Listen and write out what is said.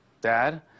Dad